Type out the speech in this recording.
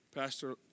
Pastor